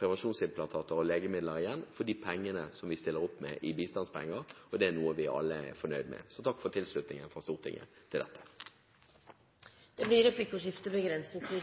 prevensjonsimplantater og legemidler igjen for de bistandspengene vi stiller opp med, og det er noe vi alle er fornøyde med, så takk for tilslutningen fra Stortinget til det. Det blir replikkordskifte.